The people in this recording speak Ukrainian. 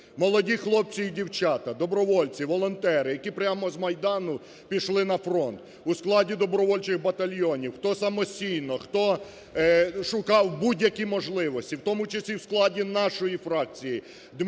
Молоді хлопці і дівчата, добровольці, волонтери, які прямо з Майдану пішли на фронт у складі добровольчої батальйонів, хто – самостійно, хто шукав будь-які можливості, в тому числі і в складі нашої фракції: